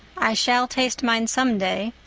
i shall taste mine some day.